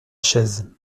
chaise